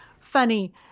funny